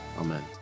Amen